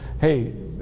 hey